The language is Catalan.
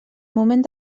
moment